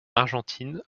argentine